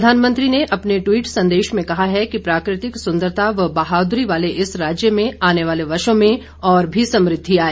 प्रधानमंत्री ने अपने ट्वीट संदेश में कहा है कि प्राकृतिक सुंदरता व बहादुरी वाले इस राज्य में आने वाले वर्षों में और भी समृद्धि आए